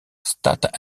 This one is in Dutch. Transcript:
staat